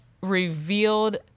revealed